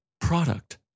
product